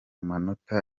manota